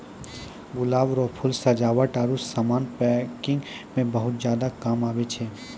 गुलाब रो फूल सजावट आरु समान पैकिंग मे बहुत ज्यादा काम आबै छै